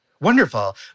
Wonderful